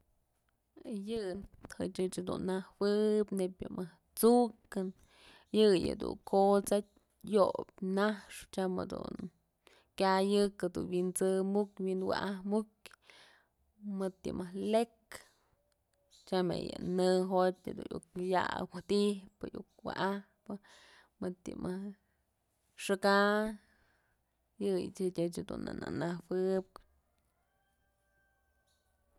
Yëbë ëch dun najuëb nebyë mëjk t'sukën yëyë dun kot'satyë yob naxpë tyam jedun kyayëk wi'insëmuk wi'inwa'ajmukyë mëd yëmëjk lëk tyam ya mëjk nëjotyë iuk yawëdyjpë iuk wa'ajpë mëd yë mëjk xaka'a yëyëch ëch dun na najuëb.